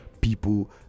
people